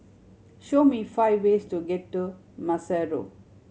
show me five ways to get to Maseru